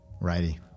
Righty